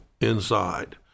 inside